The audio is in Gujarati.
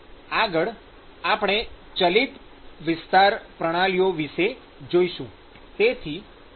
આગળ આપણે ચલિત વિસ્તાર પ્રણાલીઓ વિષે જોઇશું